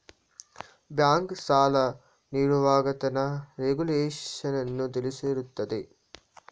bank, ಸಾಲ ನೀಡುವಾಗ ತನ್ನ ರೆಗುಲೇಶನ್ನನ್ನು ತಿಳಿಸಿರುತ್ತದೆ